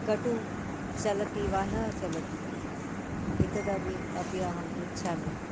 कटुः चलति वा न चलति एतदपि अपि अहं पृच्छामि